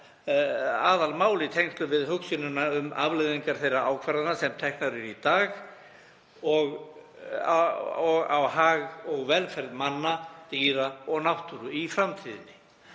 aðalmálið í tengslum við hugsunina um afleiðingar þeirra ákvarðana sem teknar eru í dag á hag og velferð manna, dýra og náttúru í framtíðinni.